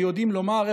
שיודעים לומר,